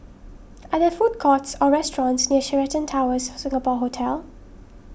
are there food courts or restaurants near Sheraton Towers Singapore Hotel